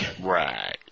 Right